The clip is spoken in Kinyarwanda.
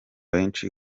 benshi